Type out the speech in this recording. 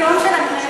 אתה המוקיון של הכנסת.